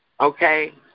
Okay